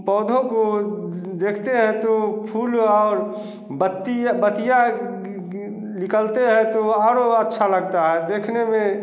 पौधों को देखते हैं तो फूल और बत्ती बतिया निकालते हैं तो और ओ अच्छा लगता है देखने में